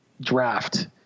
draft